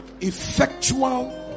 effectual